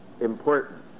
important